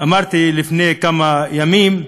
אמרתי לפני כמה ימים: